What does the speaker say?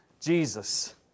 Jesus